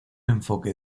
enfoque